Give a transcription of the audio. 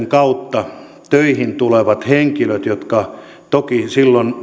kautta töihin tulevien henkilöiden jotka toki silloin